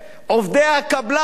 עובדי הקבלן,